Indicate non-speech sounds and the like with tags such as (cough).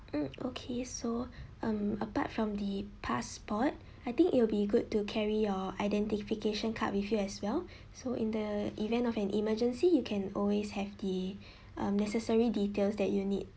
mm okay so um apart from the passport I think it will be good to carry your identification card with you as well (breath) so in the event of an emergency you can always have the (breath) um necessary details that you need